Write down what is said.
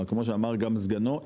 כלומר כמו שאמר גם סגנו,